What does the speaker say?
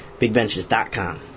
bigbenches.com